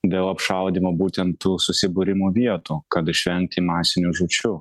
dėl apšaudymo būtent tų susibūrimų vietų kad išvengti masinių žūčių